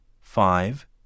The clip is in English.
five